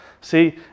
see